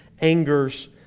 angers